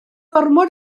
gormod